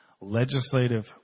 legislative